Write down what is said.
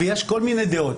ויש כל מיני דעות.